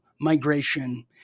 migration